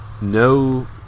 no